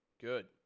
good